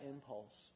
impulse